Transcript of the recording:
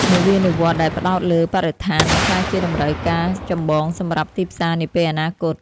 នវានុវត្តន៍ដែលផ្ដោតលើបរិស្ថាននឹងក្លាយជាតម្រូវការចម្បងសម្រាប់ទីផ្សារនាពេលអនាគត។